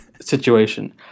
situation